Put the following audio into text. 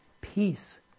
peace